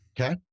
Okay